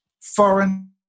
foreign